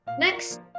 Next